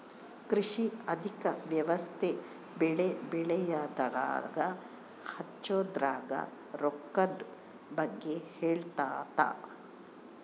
ಕೃಷಿ ಆರ್ಥಿಕ ವ್ಯವಸ್ತೆ ಬೆಳೆ ಬೆಳೆಯದ್ರಾಗ ಹಚ್ಛೊದ್ರಾಗ ರೊಕ್ಕದ್ ಬಗ್ಗೆ ಹೇಳುತ್ತ